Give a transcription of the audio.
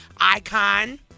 icon